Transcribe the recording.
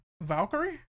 Valkyrie